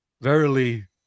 Verily